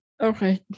Okay